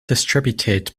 distributed